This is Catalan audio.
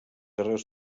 arrels